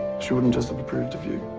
she wouldn't just have approved of you.